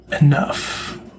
enough